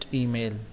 email